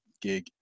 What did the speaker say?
gig